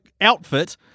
outfit